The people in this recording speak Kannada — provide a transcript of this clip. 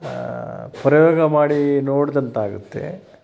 ಪ್ರಯೋಗ ಮಾಡಿ ನೋಡಿದಂತಾಗುತ್ತೆ